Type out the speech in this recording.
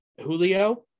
julio